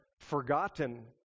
forgotten